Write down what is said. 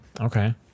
okay